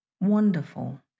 wonderful